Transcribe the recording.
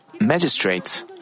magistrates